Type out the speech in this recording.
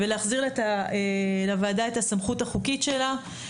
ולהחזיר לוועדה את הסמכות החוקית שלה.